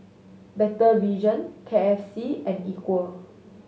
Better Vision K F C and Equal